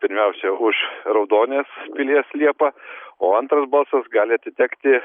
pirmiausia už raudonės pilies liepą o antras balsas gali atitekti